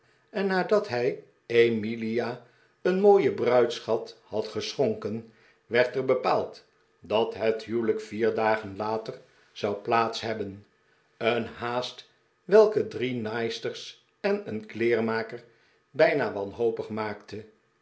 en nadat hij emilia een mooien bruidsschat had geschonken werd er bepaald dat het huwelijk vier dagen later zou plaats hebben een haast welke drie naaisters en een kleermaker bijna wanhopig maakte